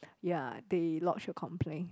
ya they lodged a complaint